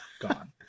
gone